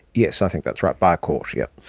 yes, i think that's right, by a court, yes.